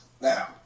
Now